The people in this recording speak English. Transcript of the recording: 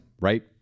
right